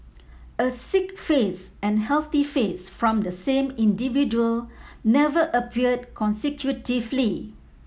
a sick face and healthy face from the same individual never appeared consecutively